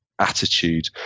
Attitude